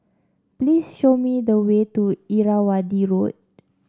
please show me the way to Irrawaddy Road